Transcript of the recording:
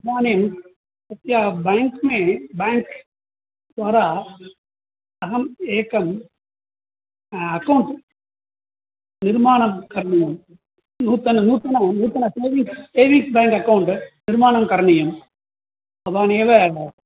इदानीं तस्य बेङ्क् मे बेङ्क् द्वारा अहम् एकं अकौण्ट् निर्माणं करणीयं नूतन नूतन नूतन सेविङ्ग्स् सेविङ्ग्स् बेङ्क् अकौण्ट् निर्माणं करणीयं भवानेव एव